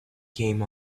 came